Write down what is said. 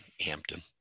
Hampton